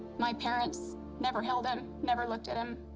my parents never held him, never looked at him.